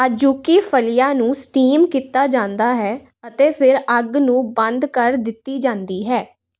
azuki ਫਲੀਆ ਨੂੰ steam ਕੀਤਾ ਜਾਂਦਾ ਹੈ ਅਤੇ ਫਿਰ ਅੱਗ ਨੂੰ ਬੰਦ ਕਰ ਦਿੱਤੀ ਜਾਂਦੀ ਹੈ